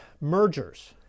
mergers